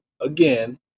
again